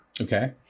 Okay